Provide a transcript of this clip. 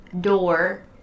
door